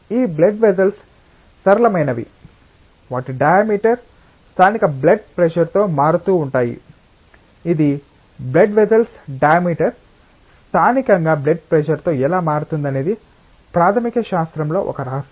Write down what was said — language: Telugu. ఈ బ్లడ్ వెస్సెల్స్ సరళమైనవి వాటి డయామీటర్ స్థానిక బ్లడ్ ప్రెషర్తో మారుతూ ఉంటాయి ఇది బ్లడ్ వెస్సెల్స్ డయామీటర్ స్థానికంగా బ్లడ్ ప్రెషర్తో ఎలా మారుతుందనేది ప్రాథమిక శాస్త్రంలో ఒక రహస్యం